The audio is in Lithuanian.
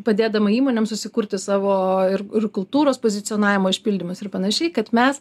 padėdama įmonėm susikurti savo ir ir kultūros pozicionavimo išpildymus ir panašiai kad mes